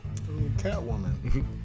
Catwoman